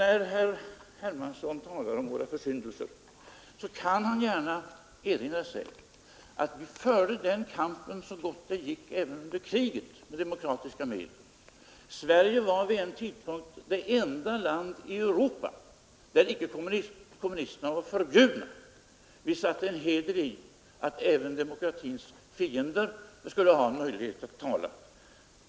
När herr Hermansson talar om försyndelser kan han gärna erinra sig att vi förde den kampen med demokratiska medel så gott det gick även under kriget. Sverige var vid en tidpunkt det enda land i Europa där icke kommunisterna var förbjudna. Vi satte en heder i att även demokratins fiender skulle ha en möjlighet att tala.